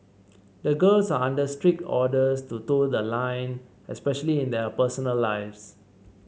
the girls are under strict orders to toe the line especially in their personal lives